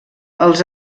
els